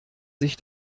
sich